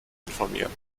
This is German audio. informieren